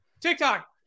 TikTok